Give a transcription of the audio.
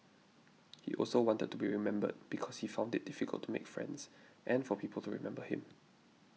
he also wanted to be remembered because he found it difficult to make friends and for people to remember him